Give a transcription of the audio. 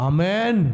Amen